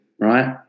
right